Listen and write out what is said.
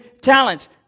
talents